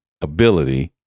ability